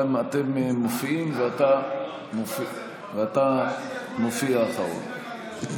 אתם מופיעים ואתה מופיע אחרון.